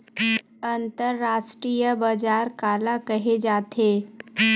अंतरराष्ट्रीय बजार काला कहे जाथे?